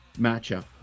matchup